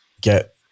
get